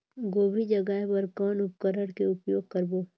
गोभी जगाय बर कौन उपकरण के उपयोग करबो?